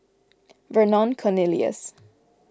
Vernon Cornelius